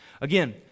again